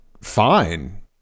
fine